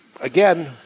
Again